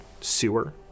sewer